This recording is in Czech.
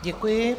Děkuji.